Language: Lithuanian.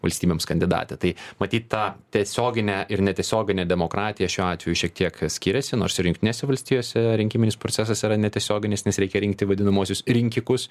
valstybėms kandidatė tai matyt tą tiesioginę ir netiesioginę demokratiją šiuo atveju šiek tiek skiriasi nors jungtinėse valstijose rinkiminis procesas yra netiesioginis nes reikia rinkti vadinamuosius rinkikus